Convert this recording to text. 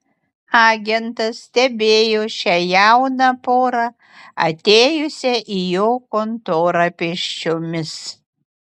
agentas stebėjo šią jauną porą atėjusią į jo kontorą pėsčiomis